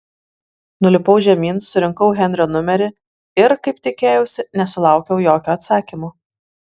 nulipau žemyn surinkau henrio numerį ir kaip tikėjausi nesulaukiau jokio atsakymo